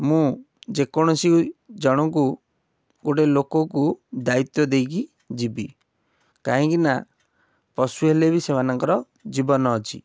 ମୁଁ ଯେକୌଣସି ଜଣଙ୍କୁ ଗୋଟେ ଲୋକକୁ ଦାୟିତ୍ୱ ଦେଇକି ଯିବି କାହିଁକି ନା ପଶୁ ହେଲେ ବି ସେମାନଙ୍କର ଜୀବନ ଅଛି